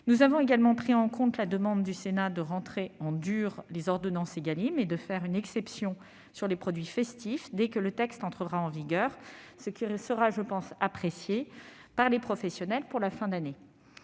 Nous avons pris en compte la demande du Sénat d'inscrire en dur les ordonnances Égalim et de faire une exception pour les produits festifs dès que le texte entrera en vigueur ; ce sera, je pense, apprécié par les professionnels alors qu'approchent